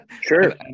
sure